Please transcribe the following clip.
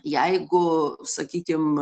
jeigu sakykim